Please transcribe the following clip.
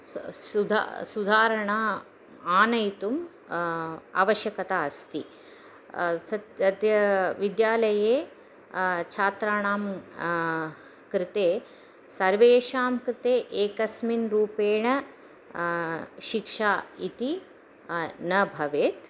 स् सुधा सुधारणां आनयितुम् आवश्यकता अस्ति सत् तत् विद्यालये छात्राणां कृते सर्वेषां कृते एकस्मिन् रूपेण शिक्षा इति न भवेत्